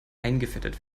eingefettet